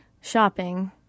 shopping